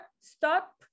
stop